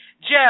Jeff